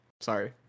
sorry